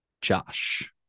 Josh